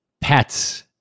pets